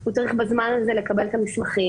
הוא צריך בזמן הזה לקבל את המסמכים,